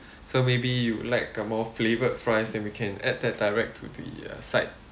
so maybe you would like a more flavoured fries then we can add that direct to the uh side